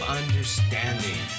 understanding